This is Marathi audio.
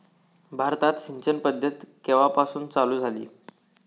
भारतात सिंचन पद्धत केवापासून चालू झाली?